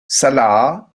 salah